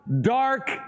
Dark